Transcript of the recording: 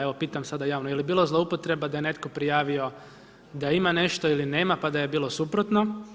Evo pitam sada javno, je li bilo zloupotreba da je netko prijavio da ima nešto ili nema pa da je bilo suprotno?